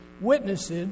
witnessed